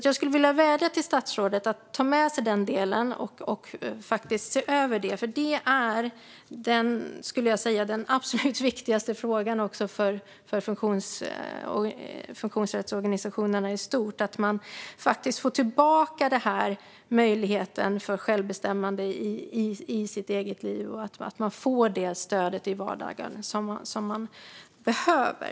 Jag skulle vilja vädja till statsrådet att ta med sig den delen och se över det, för det skulle jag säga är den absolut viktigaste frågan för funktionsrättsorganisationerna i stort - att man får tillbaka möjligheten till självbestämmande i sitt eget liv och att man får det stöd i vardagen som man behöver.